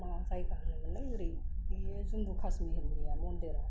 मा जायगा होनोमोनलाय ओरै बे जम्मु काश्मिरनिया मन्दिरा